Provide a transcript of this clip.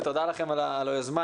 ותודה לכם על היוזמה,